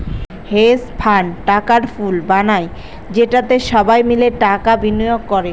hedge fund টাকার pool বানায় যেটাতে সবাই মিলে টাকা বিনিয়োগ করে